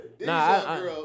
nah